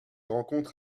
rencontre